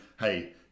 hey